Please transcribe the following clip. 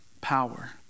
power